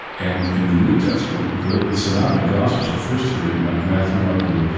and in the new testament, the the synoptic gospels, the first three, matthew, mark, and luke,